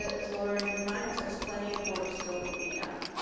ah as lori reminds us, plenty of work still to be done.